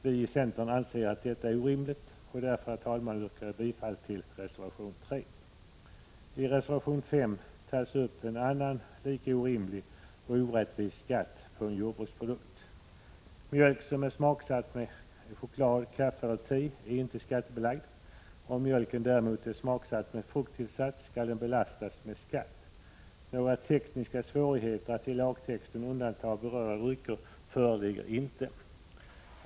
Vi i centern anser att detta är orimligt, och därför, herr talman, yrkar jag bifall till reservation 3. I reservation 5 tas en annan lika orimlig och orättvis skatt på en jordbruksprodukt upp. Mjölk som är smaksatt med choklad, kaffe eller te är inte skattebelagd. Om mjölken däremot är smaksatt med frukttillsats skall den belastas med skatt. Några tekniska svårigheter att i lagtexten undanta berörda drycker föreligger inte.